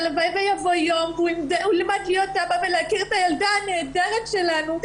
הלוואי ויבוא יום והוא ילמד להיות אבא ולהכיר את הילדה הנהדרת שלנו.